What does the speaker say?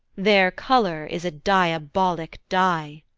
their colour is a diabolic die.